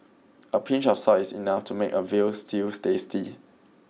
a pinch of salt is enough to make a veal stews tasty